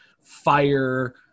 fire